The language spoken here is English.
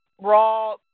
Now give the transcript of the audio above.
Raw –